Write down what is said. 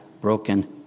broken